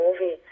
movie